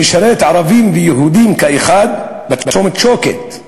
שמשרת ערבים ויהודים כאחד, בצומת שוקת,